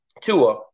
Tua